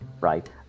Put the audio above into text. right